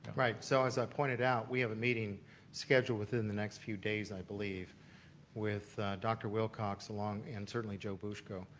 right. so, as i've pointed out, we have a meeting scheduled within the next few days i believe with dr. wilcox along and certainly joe bushko